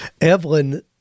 Evelyn